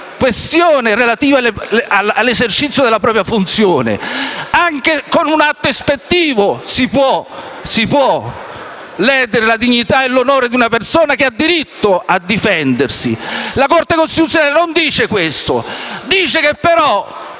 questione relativa all'esercizio della propria funzione. Anche con un atto ispettivo si possono ledere la dignità e l'onore di una persona, la quale ha diritto a difendersi. La Corte costituzionale non dice questo. Dice che, per